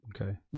Okay